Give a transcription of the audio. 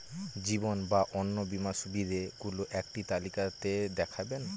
জীবন বা অন্ন বীমার সুবিধে গুলো একটি তালিকা তে দেখাবেন?